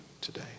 today